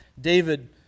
David